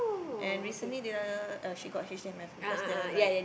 and recently dia she got H_D_M_F because there were like